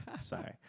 sorry